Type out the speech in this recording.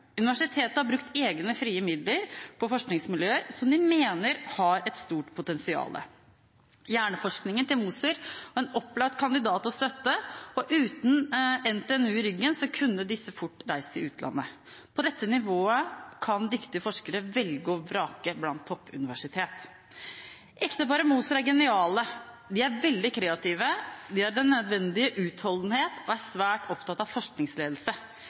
Universitetet har brukt egne frie midler på forskningsmiljøer som de mener har et stort potensial. Hjerneforskningen til Moser var en opplagt kandidat å støtte, og uten NTNU i ryggen kunne ekteparet Moser fort ha reist til utlandet. På dette nivået kan dyktige forskere velge og vrake blant toppuniversitet. Ekteparet Moser er geniale. De er veldig kreative, de har den nødvendige utholdenhet og er svært opptatt av forskningsledelse.